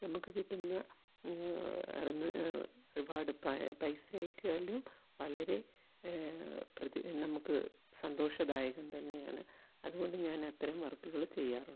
നമുക്ക് കിട്ടുന്ന ഒരുപാട് പൈസയേക്കാളും വളരെ നമുക്ക് സന്തോഷദായകം തന്നെയാണ് അതുകൊണ്ട് ഞാൻ അത്തരം വർക്കുകൾ ചെയ്യാറുണ്ട്